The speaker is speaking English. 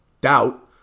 doubt